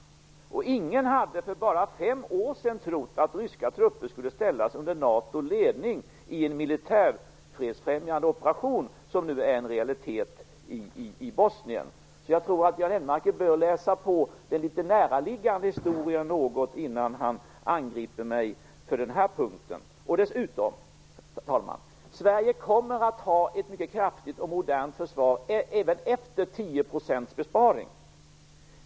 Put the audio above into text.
Ingen hade för bara fem år sedan trott att ryska trupper skulle ställas under NATO:s ledning i en militär fredsfrämjande operation. Det är nu en realitet i Bosnien. Jag tror att Göran Lennmarker bör läsa på den näraliggande historien något innan han angriper mig på den här punkten. Herr talman! Dessutom kommer Sverige att ha ett mycket kraftigt och modernt försvar även efter en besparing på 10 %.